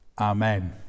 Amen